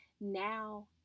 now